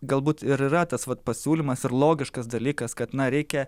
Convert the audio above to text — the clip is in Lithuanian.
galbūt ir yra tas vat pasiūlymas ir logiškas dalykas kad na reikia